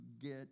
get